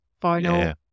final